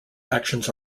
actions